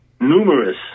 numerous